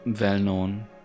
well-known